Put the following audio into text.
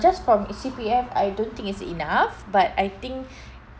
just from uh C_P_F I don't think it's enough but I think